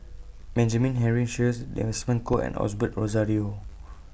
Benjamin Henry Sheares Desmond Kon and Osbert Rozario